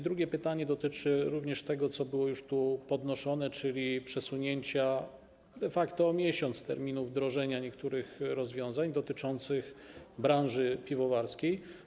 Drugie pytanie dotyczy tego, co było już tu podnoszone, czyli przesunięcia de facto o miesiąc terminu wdrożenia niektórych rozwiązań dotyczących branży piwowarskiej.